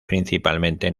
principalmente